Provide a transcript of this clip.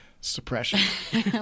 suppression